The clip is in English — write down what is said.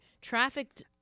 trafficked